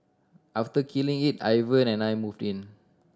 after killing it Ivan and I moved in